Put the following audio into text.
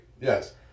Yes